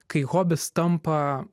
kai hobis tampa